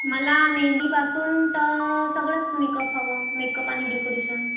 मला मेंदीपासून तर सगळंच मेकप हवं मेकप आणि डेकोरेशन